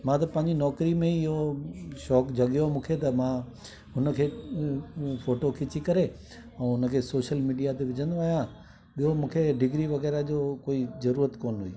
मां त पंहिंजी नौकरी में इहो शौक़ु जॻियो मूंखे त मां हुन खे फोटो खिची करे ऐं उन खे सोशल मीडिया ते विझंदो आहियां ॿियों मूंखे डिग्री वग़ैरह जो कोई ज़रूरुत कोनि हुई